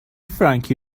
فرانکی